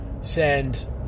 send